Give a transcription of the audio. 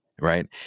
right